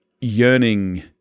yearning